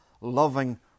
loving